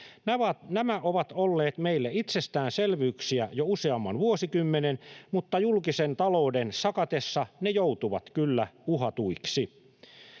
Nämä ovat olleet meille itsestäänselvyyksiä jo useamman vuosikymmenen, mutta julkisen talouden sakatessa ne joutuvat kyllä uhatuiksi.